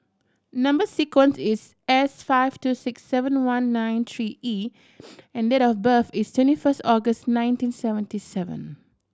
number sequence is S five two six seven one nine three E and date of birth is twenty first August nineteen seventy seven